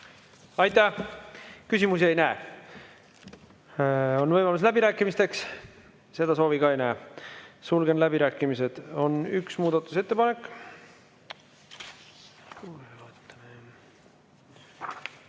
Aitäh! Küsimusi ei näe. On võimalus läbirääkimisteks, seda soovi ka ei näe. Sulgen läbirääkimised. On üks muudatusettepanek.